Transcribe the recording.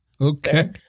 Okay